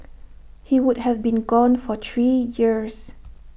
he would have been gone for three years